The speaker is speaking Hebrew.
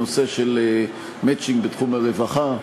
הנושא של מצ'ינג בתחום הרווחה,